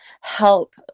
help